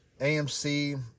AMC